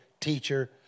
teacher